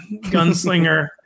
Gunslinger